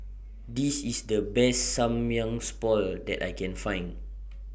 This IS The Best Samgyeopsal that I Can Find